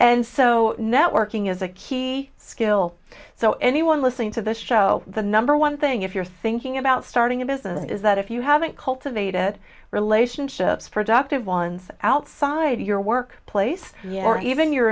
and so networking is a key skill so anyone listening to this show the number one thing if you're thinking about starting a business is that if you haven't cultivated relationships productive ones outside your work place your even your